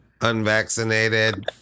Unvaccinated